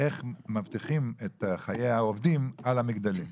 איך מאבטחים את חיי העובדים על המגדלים לפני שמאשרים מגדלים.